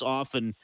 often